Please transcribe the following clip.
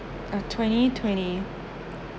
uh twenty twenty